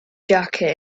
jacket